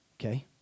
Okay